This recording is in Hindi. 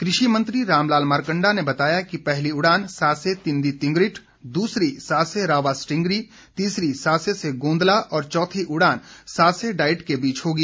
कृषि मंत्री राम लाल मारकंडा ने बताया कि पहली उड़ान सासे तिंदी तिंगरिट दूसरी सासे रावा सटींगरी तीसरी सासे से गोंदला और चौथी उड़ान सासे डाईट के बीच होगी